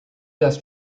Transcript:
dust